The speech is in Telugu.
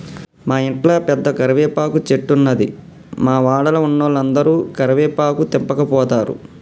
మా ఇంట్ల పెద్ద కరివేపాకు చెట్టున్నది, మా వాడల ఉన్నోలందరు కరివేపాకు తెంపకపోతారు